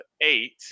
eight